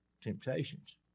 temptations